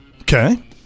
Okay